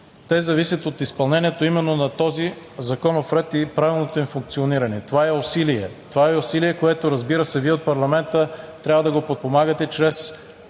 те зависят от изпълнението именно на този законов ред и правилното им функциониране. Това е усилие, което, разбира се, Вие от парламента трябва да го подпомагате чрез